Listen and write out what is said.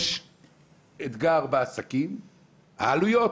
יש אתגר בעסקים, העלויות,